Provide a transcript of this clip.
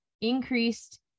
increased